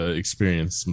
experience